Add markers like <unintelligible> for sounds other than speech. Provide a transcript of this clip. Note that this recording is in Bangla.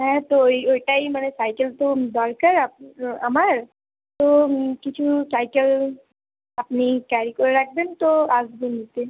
হ্যাঁ তো ওই ওটাই মানে সাইকেল তো দরকার <unintelligible> আমার তো কিছু সাইকেল আপনি ক্যারি করে রাখবেন তো আসব নিতে